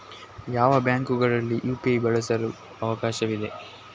ಯಾವ ಬ್ಯಾಂಕುಗಳಲ್ಲಿ ಯು.ಪಿ.ಐ ಬಳಸಲು ಅವಕಾಶವಿದೆ?